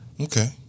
Okay